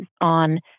on